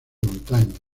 montaña